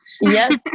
Yes